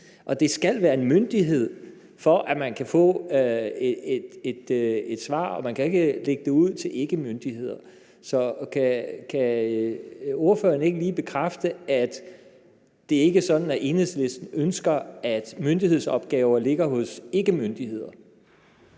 og det skal være en myndighed, for at man kan få et svar. Man kan ikke lægge det ud til ikkemyndigheder. Så kan ordføreren ikke lige bekræfte, at det ikke er sådan, at Enhedslisten ønsker, at myndighedsopgaver ligger hos ikkemyndigheder?